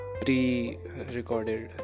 pre-recorded